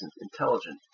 intelligent